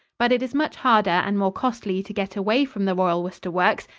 but it is much harder and more costly to get away from the royal worcester works,